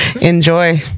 Enjoy